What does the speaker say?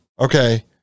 Okay